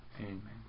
Amen